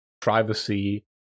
privacy